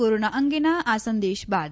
corona અંગેના આ સંદેશ બાદ